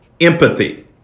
Empathy